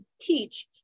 teach